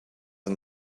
and